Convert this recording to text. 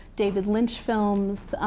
david lynch films.